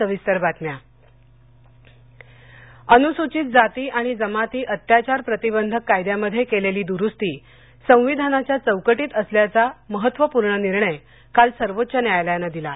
न्यायालय अनुसूचित जाती आणि जमाती अत्याचार प्रतिबंधक कायद्यामध्ये केलेली दुरूस्ती संविधानाच्या चौकटीत असल्याचा महत्त्वपूर्ण निर्णय काल सर्वोच्च न्यायालयानं दिला